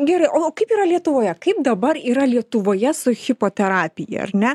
gerai o kaip yra lietuvoje kaip dabar yra lietuvoje su hipoterapija ar ne